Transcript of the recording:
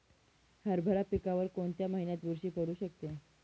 हरभरा पिकावर कोणत्या महिन्यात बुरशी पडू शकते?